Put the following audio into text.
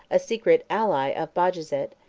a secret ally of bajazet,